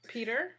Peter